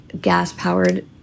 gas-powered